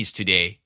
today